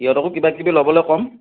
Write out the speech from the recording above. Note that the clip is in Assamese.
ইহঁতকো কিবা কিবি ল'বলে ক'ম